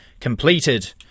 completed